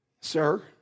Sir